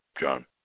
John